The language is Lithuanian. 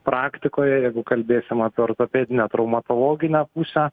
praktikoje jeigu kalbėsim apie ortopedinę traumatologinę pusę